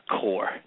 core